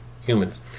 humans